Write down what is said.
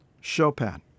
Chopin